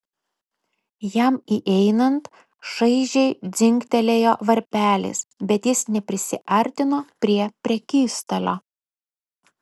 jam įeinant šaižiai dzingtelėjo varpelis bet jis neprisiartino prie prekystalio